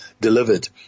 delivered